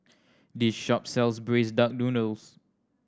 this shop sells Braised Duck Noodle